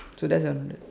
so that's another